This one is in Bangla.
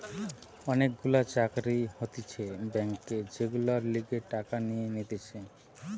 অনেক গুলা চাকরি হতিছে ব্যাংকে যেগুলার লিগে টাকা নিয়ে নিতেছে